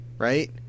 Right